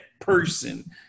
person